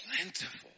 plentiful